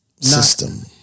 System